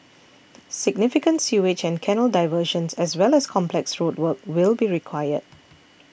significant sewage and canal diversions as well as complex road work will be required